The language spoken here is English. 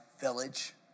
village